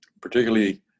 particularly